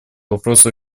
вопросу